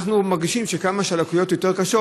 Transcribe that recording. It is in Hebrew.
אנחנו מרגישים שכמה שהלקויות יותר קשות,